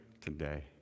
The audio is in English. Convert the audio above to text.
today